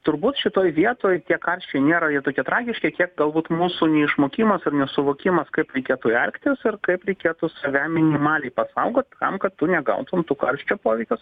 turbūt šitoj vietoj tie karščiai nėra jau tokie tragiški kiek galbūt mūsų neišmokimas ar nesuvokimas kaip reikėtų elgtis ir kaip reikėtų save minimaliai pasaugot tam kad tu negautum tų karščio poveikio